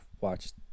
watched